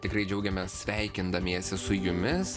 tikrai džiaugiamės sveikindamiesi su jumis